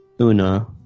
Una